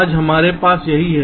आज हमारे पास यही है